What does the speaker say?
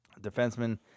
Defenseman